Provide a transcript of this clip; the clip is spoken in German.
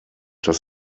dass